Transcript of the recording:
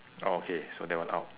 oh okay so that one out